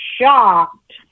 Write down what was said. shocked